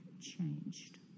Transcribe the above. changed